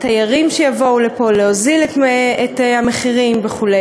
תיירים שיבואו לפה, להוזיל את המחירים וכו'.